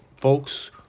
folks